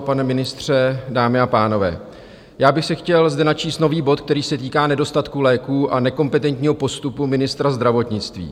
Pane ministře, dámy a pánové, chtěl bych zde načíst nový bod, který se týká nedostatku léků a nekompetentního postupu ministra zdravotnictví.